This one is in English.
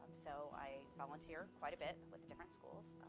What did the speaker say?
so i volunteer quite a bit with the different schools.